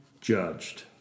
judged